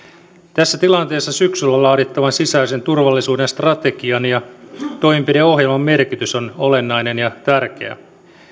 tässä tilanteessa syksyllä laadittavan sisäisen turvallisuuden strategian ja toimenpideohjelman merkitys on olennainen ja tärkeä